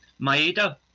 Maeda